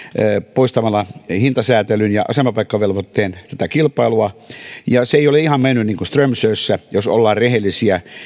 poistamalla hintasääntelyn ja asemapaikkavelvoitteen ja se ei ole ihan mennyt niin kuin strömsössä jos ollaan rehellisiä